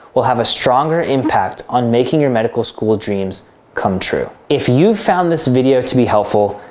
will have a stronger impact on making your medical school dreams come true. if you found this video to be helpful,